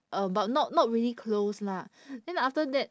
uh but not not really close lah then after that